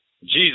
Jesus